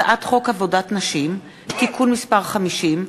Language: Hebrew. הצעת חוק עבודת נשים (תיקון מס' 50)